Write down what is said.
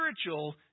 spiritual